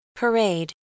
Parade